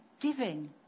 giving